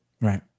Right